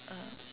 uh